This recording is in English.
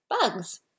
Bugs